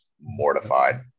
mortified